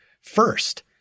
first